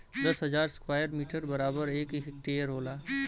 दस हजार square metre बराबर एक हेक्टेयर होला